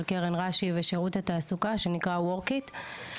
של קרן רש"י ושירות התעסוקה שנקרא 'WORKIT'.